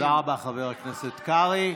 תודה רבה, חבר הכנסת קרעי.